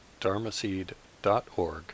dharmaseed.org